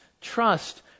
trust